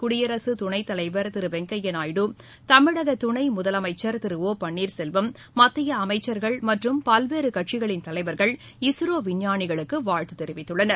குடியரசு துணைத்தலைவர் திரு வெங்கையா நாயுடு தமிழக துணை முதலமைச்சர் திரு ஓ பன்னீர் செல்வம் மத்திய அமைச்சர்கள் மற்றும் பல்வேறு கட்சிகளின் தலைவர்கள் இஸ்ரோ விஞ்ஞானிகளுக்கு வாழ்த்து தெரிவித்துள்ளனர்